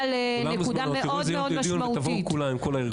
וכולן מוזמנות, תבואו כולם עם כל הארגונים.